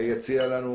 זילבר.